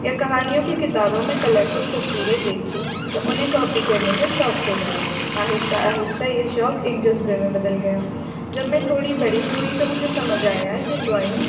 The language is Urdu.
یا کہانیوں کی کتابوں میں کلرفل تصویریں دیکھتی تو انہیں کاپی کرنے کا شوق ہو گیا آہستہ آہستہ یہ شوق ایک جذبے میں بدل گیا جب میں تھوڑی بڑی ہوئی تو مجھے سمجھ آیا یہ ڈرائنگ